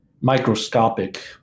microscopic